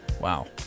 wow